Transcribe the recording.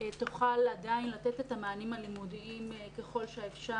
תוכל עדיין לתת את המענים הלימודיים ככל שאפשר.